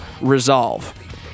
resolve